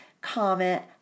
Comment